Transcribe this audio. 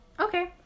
Okay